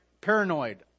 paranoid